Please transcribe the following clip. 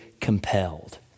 compelled